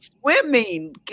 swimming